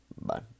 Bye